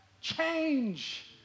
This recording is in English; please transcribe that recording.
Change